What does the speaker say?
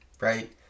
Right